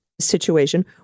situation